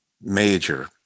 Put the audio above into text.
major